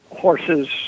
horses